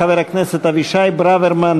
חבר הכנסת אבישי ברוורמן.